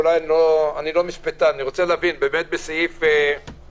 אני לא משפטן, אבל האם אפשר לכתוב בסעיף 12(ב)